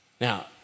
Now